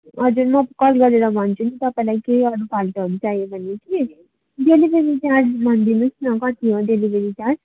हजुर म कल गरेर भन्छु नि तपाईँलाई केही अरू फाल्तुहरू चाहियो भनी कि डेलिभरी चार्ज भनिदिनु होस् न कति हो डेलिभरी चार्ज